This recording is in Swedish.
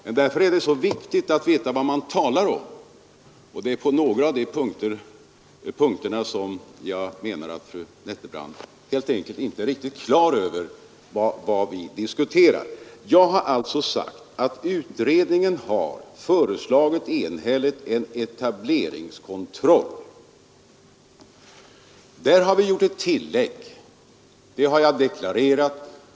Men därför är det så viktigt att veta vad man talar om, och jag menar att fru Nettelbrandt på några punkter helt enkelt inte är riktigt på det klara med vad vi diskuterar. Jag har sagt att utredningen enhälligt har föreslagit en etableringskontroll, och där har vi gjort ett tillägg. Det har jag också deklarerat.